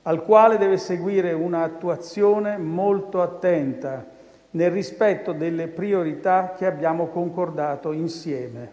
- «al quale deve seguire un'attuazione molto attenta nel rispetto delle priorità che abbiamo concordato insieme».